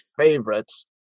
favorites